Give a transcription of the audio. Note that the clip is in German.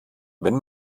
wenn